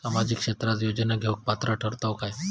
सामाजिक क्षेत्राच्या योजना घेवुक पात्र ठरतव काय?